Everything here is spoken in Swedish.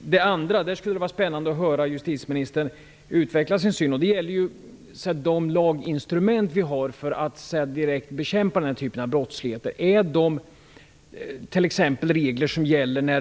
När det gäller den andra fronten skulle det vara spännande att höra justitieministern utveckla sin syn. Det är fråga om de laginstrument vi har för att direkt bekämpa den här typen av brottslighet, t.ex. de regler som gäller när